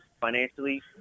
financially